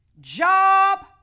job